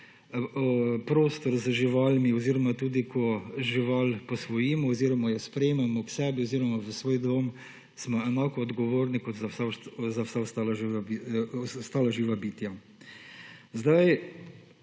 prostor z živalmi oziroma tudi žival posvojimo oziroma jo sprejmemo k sebi oziroma v svoj dom smo enako odgovorni kot za vsa ostala živa bitja. Kar